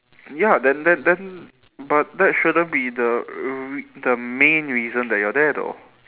ya then then then but that shouldn't be the r~ the main reason that you're there though